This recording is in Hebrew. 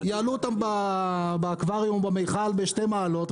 יעלו אותם באקווריום במיכל בשתי מעלות,